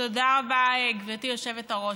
תודה רבה, גברתי היושבת-ראש.